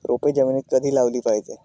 रोपे जमिनीत कधी लावली पाहिजे?